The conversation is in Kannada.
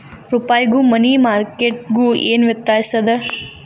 ರೂಪಾಯ್ಗು ಮನಿ ಮಾರ್ಕೆಟ್ ಗು ಏನ್ ವ್ಯತ್ಯಾಸದ